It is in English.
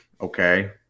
Okay